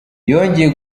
yongeye